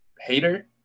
hater